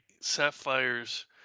Sapphire's